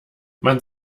man